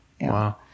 Wow